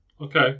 Okay